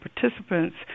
participants